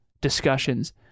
discussions